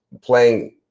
playing